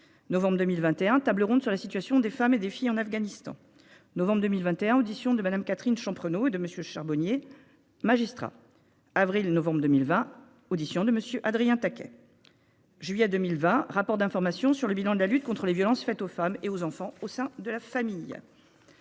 Novembre 2021 tables rondes sur la situation des femmes et des filles en Afghanistan. Novembre 2021, audition de Madame Catherine Champrenault de monsieur Charbonnier magistrats avril. Novembre 2020, audition de monsieur Adrien Taquet. Juillet 2020 rapport d'information sur le bilan de la lutte contre les violences faites aux femmes et aux enfants au sein de la famille.